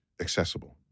accessible